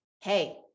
hey